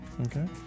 Okay